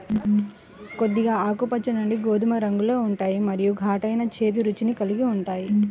కొద్దిగా ఆకుపచ్చ నుండి గోధుమ రంగులో ఉంటాయి మరియు ఘాటైన, చేదు రుచిని కలిగి ఉంటాయి